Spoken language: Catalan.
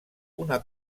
una